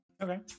Okay